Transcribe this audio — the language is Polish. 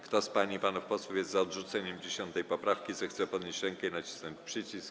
Kto z pań i panów posłów jest za odrzuceniem 10. poprawki, zechce podnieść rękę i nacisnąć przycisk.